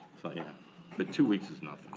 yeah, but two weeks is nothin'.